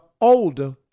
older